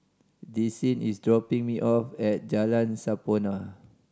Desean is dropping me off at Jalan Sampurna